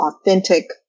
authentic